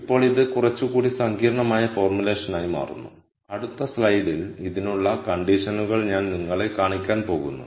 ഇപ്പോൾ ഇത് കുറച്ചുകൂടി സങ്കീർണ്ണമായ ഫോർമുലേഷനായി മാറുന്നു അടുത്ത സ്ലൈഡിൽ ഇതിനുള്ള കണ്ടിഷനുകൾ ഞാൻ നിങ്ങളെ കാണിക്കാൻ പോകുന്നു